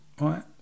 right